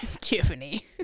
Tiffany